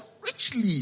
richly